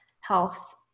health